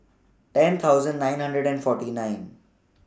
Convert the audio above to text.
ten thousand nine hundred and forty nine